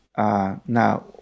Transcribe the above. Now